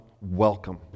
welcome